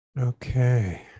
Okay